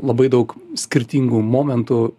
labai daug skirtingų momentų